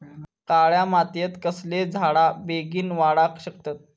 काळ्या मातयेत कसले झाडा बेगीन वाडाक शकतत?